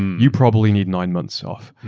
you probably need nine months off.